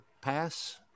pass